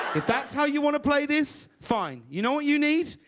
if that's how you want to play this, fine. you know what you need?